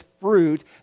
fruit